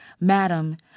Madam